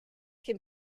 can